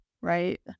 right